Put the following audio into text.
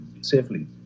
safely